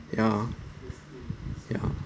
ya ya